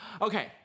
Okay